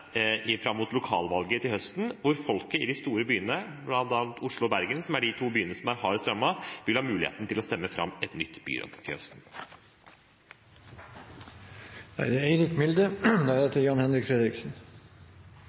fram mot lokalvalget til høsten, hvor folket i de store byene – bl.a. Oslo og Bergen, som er de to byene som er hardest rammet – vil ha muligheten til å stemme fram et nytt byråd. Retten til trygg og giftfri luft er